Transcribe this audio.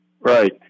Right